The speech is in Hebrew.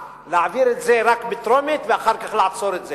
להעביר את זה רק בטרומית ואחר כך לעצור את זה.